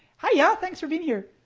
hiya, yeah ah thanks for being here.